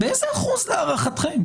באיזה אחוז להערכתכם?